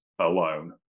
alone